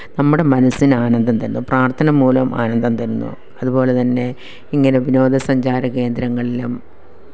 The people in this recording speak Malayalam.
നമ്മുടെ മനസ്സിന് ആനന്ദം തരുന്നു പ്രാർത്ഥന മൂലം ആനന്ദം തരുന്നു അതുപോലെതന്നെ ഇങ്ങനെ വിനോദസഞ്ചാര കേന്ദ്രങ്ങളിലും